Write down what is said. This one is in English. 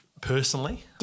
Personally